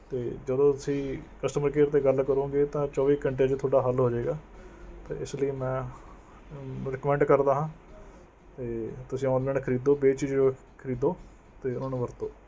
ਅਤੇ ਜਦੋਂ ਤੁਸੀਂ ਕਸਟਮਰ ਕੇਅਰ 'ਤੇ ਗੱਲ ਕਰੋਗੇ ਤਾਂ ਚੌਵੀ ਘੰਟੇ 'ਚ ਤੁਹਾਡਾ ਹੱਲ ਹੋ ਜੇਗਾ ਅਤੇ ਇਸ ਲਈ ਮੈਂ ਰਿਕਮੈਂਡ ਕਰਦਾ ਹਾਂ ਅਤੇ ਤੁਸੀਂ ਔਨਲਾਈਨ ਖਰੀਦੋ ਬੇਝਿੱਜਕ ਖਰੀਦੋ ਅਤੇ ਉਹਨੂੰ ਵਰਤੋ